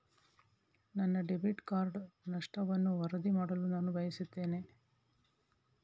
ನನ್ನ debit card ನಷ್ಟವನ್ನು ವರದಿ ಮಾಡಲು ನಾನು ಬಯಸುತ್ತೇನೆ